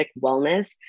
wellness